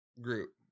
group